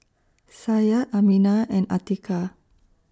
Syah Aminah and Atiqah